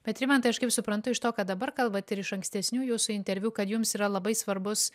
bet rimantai aš kaip suprantu iš to ką dabar kalbat ir iš ankstesnių jūsų interviu kad jums yra labai svarbus